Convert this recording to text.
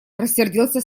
рассердился